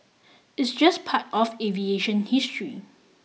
it's just part of aviation history